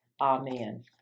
Amen